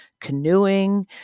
canoeing